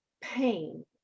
pain